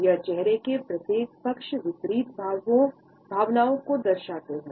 यह चेहरे के प्रत्येक पक्ष विपरीत भावनाओं को दर्शाता है